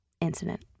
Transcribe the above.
incident